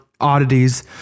oddities